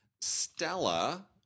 Stella